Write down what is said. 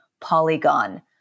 Polygon